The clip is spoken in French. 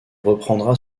reprendra